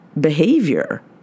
behavior